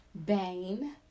Bane